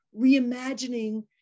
reimagining